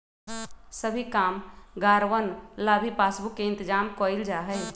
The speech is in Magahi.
सभी कामगारवन ला भी पासबुक के इन्तेजाम कइल जा हई